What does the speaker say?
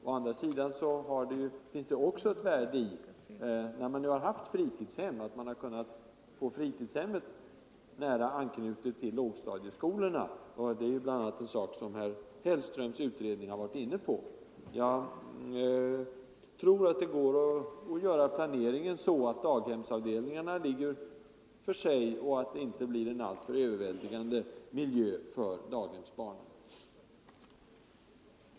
Å andra sidan ligger det också ett värde i att fritidshemmen, när vi nu har sådana, får en nära anknytning till lågstadieskolorna. Det är ju något som också herr Hellströms utredning har varit inne på. Jag tror att det är möjligt att planera så att daghemsavdelningarna placeras på ett sådant sätt att miljön inte blir alltför tröttande för de små barnen.